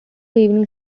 evening